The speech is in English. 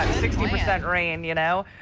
sixty percent rain, you know.